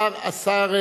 שר התחבורה,